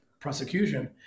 prosecution